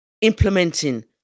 implementing